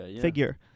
figure